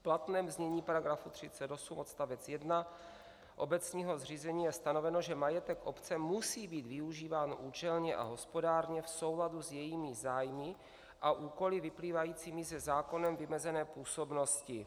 V platném znění § 38 odst. 1 obecního zřízení je stanoveno, že majetek obce musí být využíván účelně a hospodárně v souladu s jejími zájmy a úkoly vyplývajícími ze zákonem vymezené působnosti.